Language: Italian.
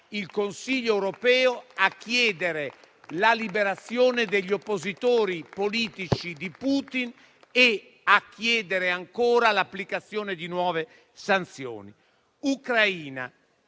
il Consiglio europeo a chiedere la liberazione degli oppositori politici di Putin e a chiedere ancora l'applicazione di nuove sanzioni.